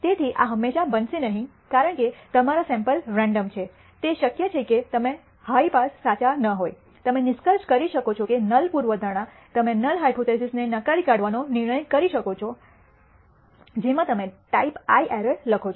તેથી આ હંમેશાં બનશે નહીં કારણ કે તમારા સેમ્પલ રેન્ડમ છે તે શક્ય છે કે તમે હાઈ પાસ સાચા ન હોય તમે નિષ્કર્ષ કરી શકો છો કે નલ પૂર્વધારણા તમે નલ હાયપોથીસિસને નકારી કાઢવાનો નિર્ણય કરી શકો છો જેમાં તમે ટાઈપ આઇ એરર લખો છો